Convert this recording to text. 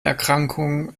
erkrankungen